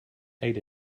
ate